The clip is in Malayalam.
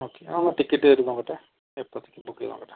ഓക്കെ ഒന്ന് ടിക്കറ്റ് തരൂ നോക്കട്ടെ എപ്പോഴത്തേക്കാണ് ബുക്ക് ചെയ്തത് നോക്കട്ടെ